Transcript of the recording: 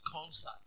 concert